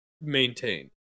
maintain